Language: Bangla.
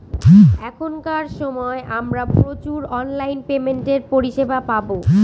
এখনকার সময় আমরা প্রচুর অনলাইন পেমেন্টের পরিষেবা পাবো